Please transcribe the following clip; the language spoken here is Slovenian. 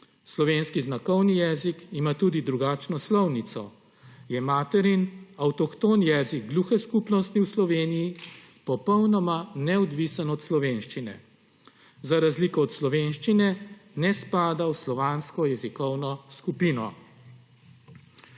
Slovenski znakovni jezik ima tudi drugačno slovnico, je materin, avtohton jezik gluhe skupnosti v Sloveniji, popolnoma neodvisen od slovenščine. Za razliko od slovenščine ne spada v slovansko jezikovno skupino.